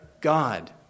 God